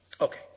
Okay